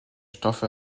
stoffe